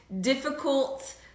difficult